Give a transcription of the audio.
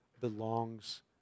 belongs